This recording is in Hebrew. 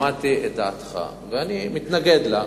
שמעתי את דעתך ואני מתנגד לה,